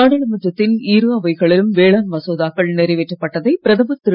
நாடாளுமன்றத்தின் இருஅவைகளிலும் வேளாண் மசோதாக்கள் நிறைவேற்றப்பட்டதை பிரதமர் திரு